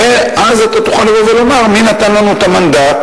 ואז אתה תוכל לבוא ולומר: מי נתן לנו את המנדט?